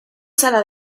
sala